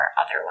otherwise